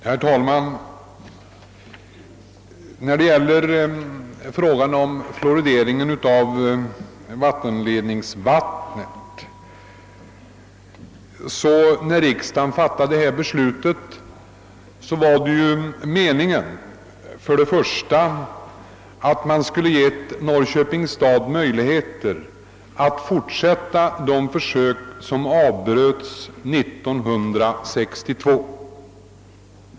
Herr talman! När riksdagen fattade beslut om att medge tillsättning av fluor till vattenledningsvattnet, var det meningen att man skulle ge Norrköpings stad möjligheter att fortsätta de försök som avbröts 1962.